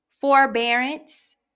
forbearance